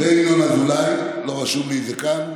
וינון אזולאי, לא רשום לי את זה כאן.